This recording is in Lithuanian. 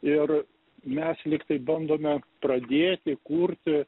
ir mes lyg tai bandome pradėti kurti